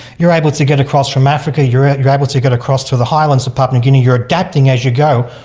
you're able to get across from africa, you're you're able to get across to the highlands of papua new guinea, you're adapting as you go.